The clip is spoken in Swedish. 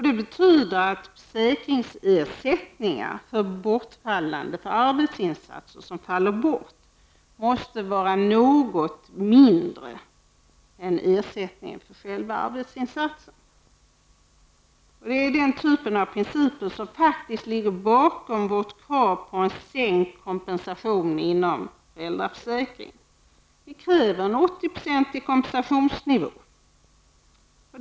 Det betyder att försäkringsersättningar för arbetsinsatser som faller bort måste vara något mindre än ersättningen för själva arbetsinsatsen. Det är den här typen av principer som ligger bakom vårt krav på en sänkt kompensationsnivå inom föräldraförsäkringen. Vi kräver därför en 80 procentig kompensationsnivå inom föräldraförsäkringen.